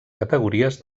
categories